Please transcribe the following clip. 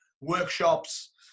workshops